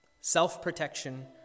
self-protection